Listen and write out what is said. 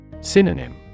Synonym